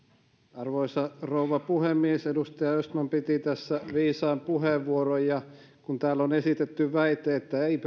arvoisa rouva puhemies edustaja östman piti viisaan puheenvuoron ja kun täällä on esitetty väite että perussuomalaiset ei